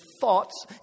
thoughts